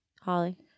holly